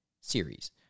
series